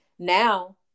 Now